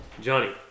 Johnny